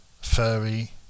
furry